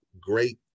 great